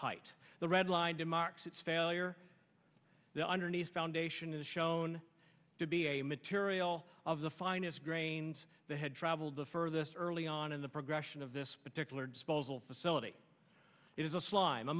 height the redline denmark's its failure the underneath foundation is shown to be a material of the finest grains that had traveled the fir this early on in the progression of this particular disposal facility is a slime a